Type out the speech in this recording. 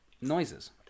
noises